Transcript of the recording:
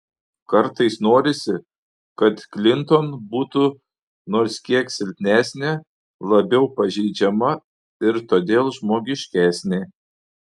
kartais norisi kad klinton būtų nors kiek silpnesnė labiau pažeidžiama ir todėl žmogiškesnė